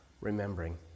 remembering